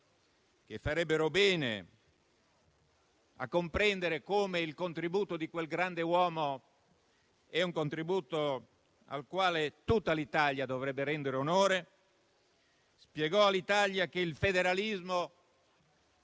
che farebbero bene a comprendere come quello di quel grande uomo è un contributo al quale tutta l'Italia dovrebbe rendere onore, che il federalismo